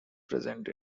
present